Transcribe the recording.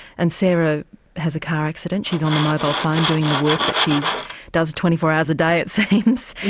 and sarah has a car accident, she's on the mobile phone doing the work that she does twenty four hours a day it seems,